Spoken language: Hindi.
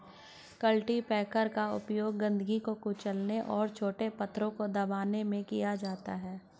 कल्टीपैकर का उपयोग गंदगी को कुचलने और छोटे पत्थरों को दबाने में किया जाता है